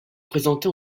présentée